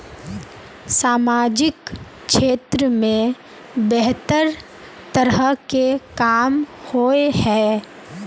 सामाजिक क्षेत्र में बेहतर तरह के काम होय है?